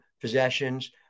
possessions